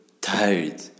tired